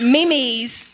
Mimi's